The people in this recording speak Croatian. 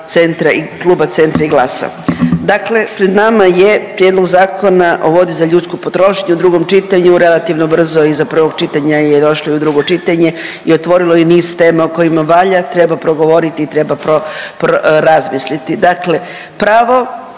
Centra i GLAS-a. Dakle pred nama je Prijedlog Zakona o vodi za ljudsku potrošnju u drugom čitanju, relativno brzo iza prvog čitanja je došlo i u drugo čitanje i otvorilo je niz tema o kojima valja i treba progovoriti i treba razmisliti. Dakle pravo